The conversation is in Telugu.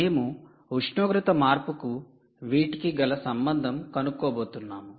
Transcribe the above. మేము ఉష్ణోగ్రత మార్పుకు వీటికి గల సంబంధం కనుక్కోబోతున్నాము